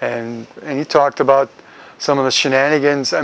and he talked about some of the